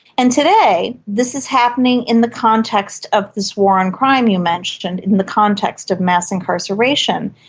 and today this is happening in the context of this war on crime you mentioned, in the context of mass incarceration.